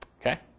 Okay